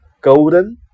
Golden